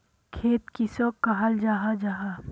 खेत किसोक कहाल जाहा जाहा?